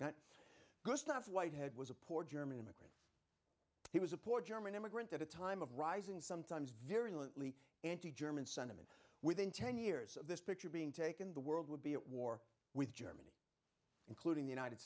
gustav whitehead was a poor german immigrant he was a poor german immigrant at a time of rising sometimes very loosely anti german sentiment within ten years of this picture being taken the world would be at war with germany including the united